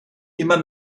immer